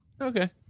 okay